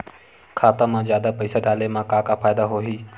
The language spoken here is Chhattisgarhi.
खाता मा जादा पईसा डाले मा का फ़ायदा होही?